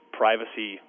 privacy